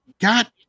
got